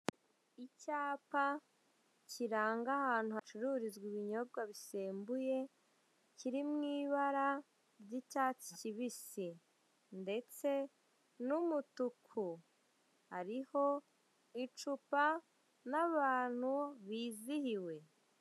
Icyapa kiranga ahantu hacururizwa ibinyobwa bisembuye, kiri mu ibara ry'icyatsi kibisi, ndetse n'umutuku, hariho icupa, n'abantu bizihiwe.